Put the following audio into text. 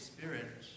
Spirit